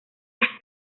las